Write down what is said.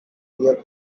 area